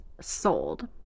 sold